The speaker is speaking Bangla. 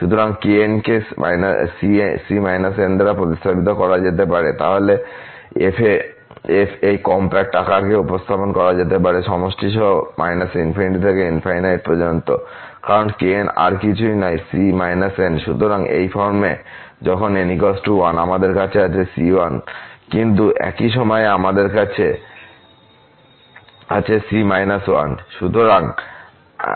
সুতরাং kn কে c−n দ্বারা প্রতিস্থাপিত করা যেতে পারে তাহলে f এই কমপ্যাক্ট আকারেকে উপস্থাপন করা যেতে পারে সমষ্টি সহ −∞ থেকে ∞ পর্যন্ত কারণ kn আর কিছুই নয় c−n সুতরাং এই ফর্মে যখন n1 আমাদের কাছে আছে c1 কিন্তু একই সময়ে আমাদের আছে c−1